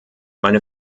meine